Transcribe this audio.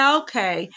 okay